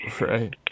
Right